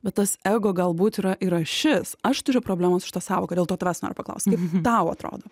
bet tas ego galbūt yra yra ašis aš turiu problemų su šita sąvoka dėl to tavęs noriu paklaust kaip tau atrodo